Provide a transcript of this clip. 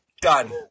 Done